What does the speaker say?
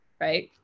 right